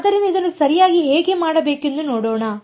ಆದ್ದರಿಂದ ಇದನ್ನು ಸರಿಯಾಗಿ ಹೇಗೆ ಮಾಡಬೇಕೆಂದು ನೋಡೋಣ